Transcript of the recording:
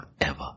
forever